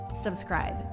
subscribe